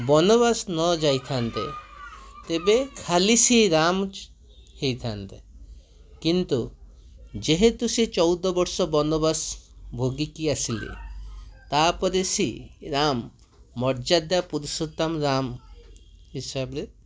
ବନବାସ ନ ଯାଇଥାନ୍ତେ ତେବେ ଖାଲି ସିଏ ରାମ ହେଇଥାନ୍ତେ କିନ୍ତୁ ଯେହେତୁ ସେ ଚଉଦବର୍ଷ ବନବାସ ଭୋଗିକି ଆସିଲେ ତା'ପରେ ସେଇ ରାମ ମର୍ଯ୍ୟାଦା ପୁରୁଷୋତ୍ତମ ରାମ ହିସାବରେ